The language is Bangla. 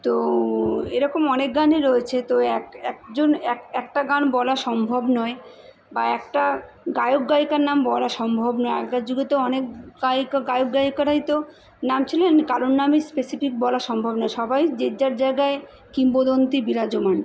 তো এরকম অনেক গানই রয়েছে তো এক একজন এক একটা গান বলা সম্ভব নয় বা একটা গায়ক গায়িকার নাম বলা সম্ভব না আগেকার যুগে তো অনেক গায়িকা গায়ক গায়িকারাই তো নাম ছিলেন কারোর নামই স্পেসিফিক বলা সম্ভব নয় সবাই যে যার জায়গায় কিংবদন্তী বিরাজমান